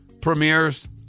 premieres